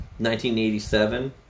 1987